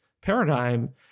paradigm